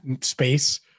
space